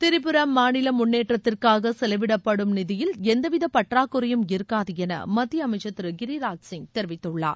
திரிபுரா மாநில முன்னேற்றத்திற்காக செலவிடப்படும் நிதியில் எந்தவித பற்றாக்குறையும் இருக்கூது என மத்திய அமைச்சர் திரு கிரிராஜ் சிங் தெரிவித்துள்ளார்